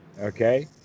Okay